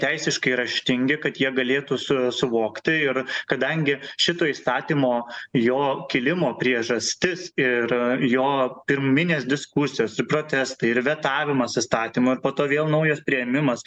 teisiškai raštingi kad jie galėtų su suvokti ir kadangi šito įstatymo jo kilimo priežastis ir jo pirminės diskusijos protestai ir vetavimas įstatymo ir po to vėl naujas priėmimas